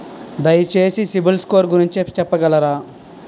దయచేసి సిబిల్ స్కోర్ గురించి చెప్పగలరా?